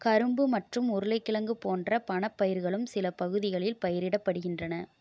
கரும்பு மற்றும் உருளைக்கிழங்கு போன்ற பணப்பயிறுகளும் சில பகுதிகளில் பயிரிடப்படுகின்றன